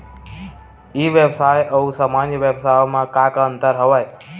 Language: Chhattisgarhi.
ई व्यवसाय आऊ सामान्य व्यवसाय म का का अंतर हवय?